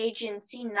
Agency